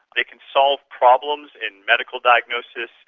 it can solve problems in medical diagnosis,